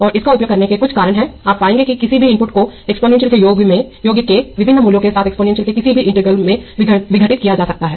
और इसका उपयोग करने के कुछ कारण हैंआप पाएंगे कि किसी भी इनपुट को एक्सपोनेंशियल के योग के विभिन्न मूल्यों के साथ एक्सपोनेंशियल के किसी भी इंटीग्रल में विघटित किया जा सकता है